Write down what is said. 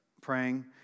praying